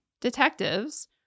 detectives